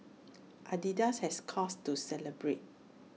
Adidas has cause to celebrate